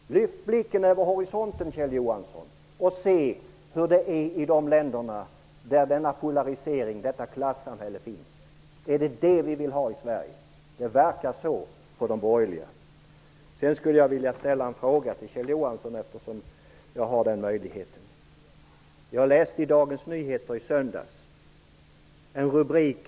Lyft blicken över horisonten, Kjell Johansson, och se hur det är i de länder där denna polarisering -- detta klassamhälle -- finns. Är det detta vi vill ha i Sverige? Det verkar som om de borgerliga vill det. Jag skulle vilja ställa en fråga till Kjell Johansson eftersom jag har möjligheten. Jag läste en rubrik i Dagens Nyheter i söndags.